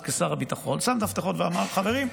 אז כשר הביטחון, שם את המפתחות ואמר: חברים,